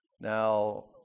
Now